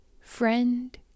friend